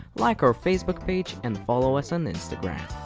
like our facebook page and follow us on instagram.